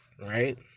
right